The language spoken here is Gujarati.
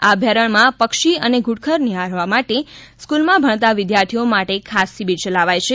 આ અભ્યારણમાં પક્ષી અને ધુડખર નિફાળવા માટે સ્કૂલમાં ભણતા વિદ્યાર્થીઓ માટે ખાસ શિબિર યલાવાથ છે